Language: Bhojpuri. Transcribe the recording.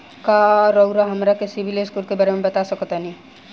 का रउआ हमरा के सिबिल स्कोर के बारे में बता सकत बानी?